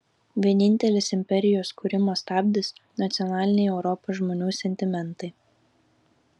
vienintelis imperijos kūrimo stabdis nacionaliniai europos žmonių sentimentai